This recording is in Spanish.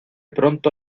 pronto